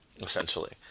essentially